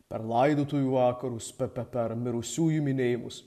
per laidotuvių vakarus per per per mirusiųjų minėjimus